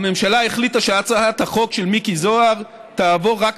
הממשלה החליטה שהצעת החוק של מיקי זוהר תעבור רק